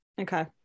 okay